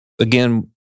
again